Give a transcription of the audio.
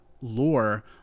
lore